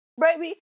Baby